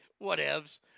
Whatevs